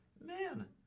man